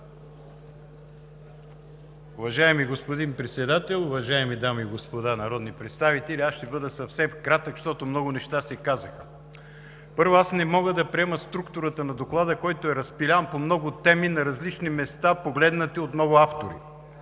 Уважаеми господин Председател, уважаеми дами и господа народни представители! Аз ще бъда съвсем кратък, защото много неща се казаха. Първо, аз не мога да приема структурата на Доклада, който е разпилян по много теми на различни места, погледнати от много автори.